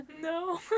No